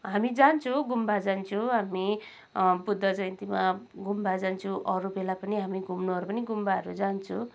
हामी जान्छौँ गुम्बा जान्छौँ हामी बुद्ध जयन्तीमा गुम्बा जान्छौँ अरू बेला पनि हामी घुम्नुहरू पनि गुम्बाहरू जान्छौँ